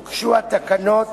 הוגשו התקנות